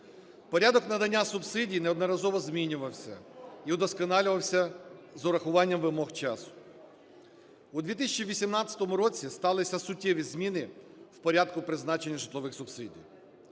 Порядок надання субсидій неодноразово змінювався і удосконалювався з урахуванням вимог часу. У 2018 році сталися суттєві зміни в порядку призначення житлових субсидій,